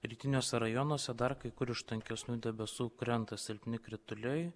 rytiniuose rajonuose dar kai kur iš tankesnių debesų krenta silpni krituliai